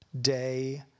day